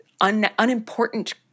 unimportant